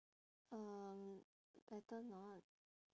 um better not